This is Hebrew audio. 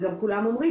כפי שכולם אומרים,